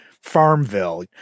Farmville